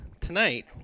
Tonight